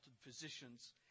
physicians